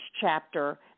chapter